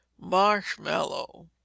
Marshmallow